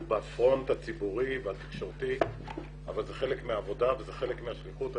והוא בפרונט הציבורי והתקשורתי אבל זה חלק מהעבודה וזה חלק מהשליחות.